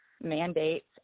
mandates